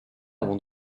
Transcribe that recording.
avant